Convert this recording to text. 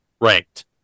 ranked